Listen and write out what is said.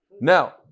Now